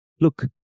Look